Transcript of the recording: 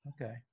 Okay